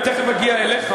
אני תכף אגיע אליך,